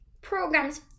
program's